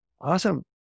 awesome